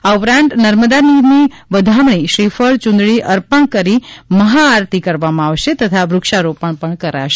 આ ઉપરાંત નર્મદા નીરની વધામણી શ્રીફળ ચુંદડી અર્પણ કરી મહાઆરતી કરવામાં આવશે વૃક્ષારોપણ પણ કરાશે